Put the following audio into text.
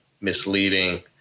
misleading